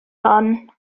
hon